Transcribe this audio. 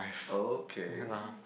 okay